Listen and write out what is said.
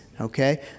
Okay